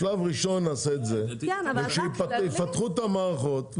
בשלב ראשון נעשה את זה וכשיפתחו את המערכות,